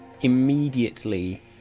immediately